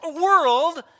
world